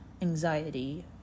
Anxiety